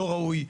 לא ראוי,